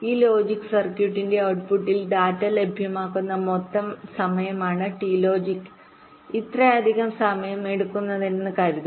ഈ ലോജിക് സർക്യൂട്ടിന്റെ ഔട്ട്പുട്ടിൽ ഡാറ്റ ലഭ്യമാകുന്ന മൊത്തം സമയമാണ് ടി ലോജിക്ക് ഇത്രയധികം സമയം എടുക്കുന്നതെന്ന് കരുതുക